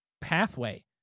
pathway